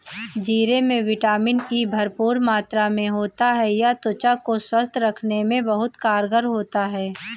जीरे में vitamin E भरपूर मात्रा में होता है यह त्वचा को स्वस्थ रखने में बहुत कारगर होता है